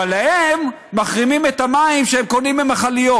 אבל להם מחרימים את המים שהם קונים ממכליות.